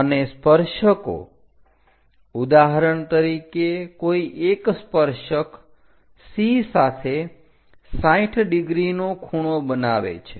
અને સ્પર્શકો ઉદાહરણ તરીકે કોઈ એક સ્પર્શક C સાથે 60 ડિગ્રીનો ખૂણો બનાવે છે